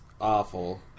awful